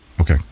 Okay